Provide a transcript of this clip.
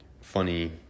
funny